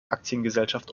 aktiengesellschaft